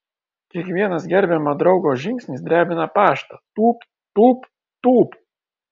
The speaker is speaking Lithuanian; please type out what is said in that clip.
kiekvienas gerbiamo draugo žingsnis drebina paštą tūpt tūpt tūpt